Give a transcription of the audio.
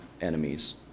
enemies